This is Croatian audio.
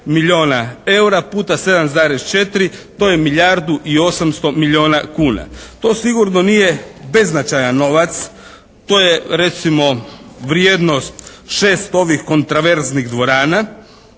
To je milijardu i 800 milijuna kuna. To sigurno nije beznačajan novac. To je recimo vrijednost šest ovih kontraverznih dvorana,